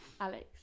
Alex